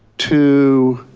to